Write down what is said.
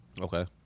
Okay